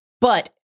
but-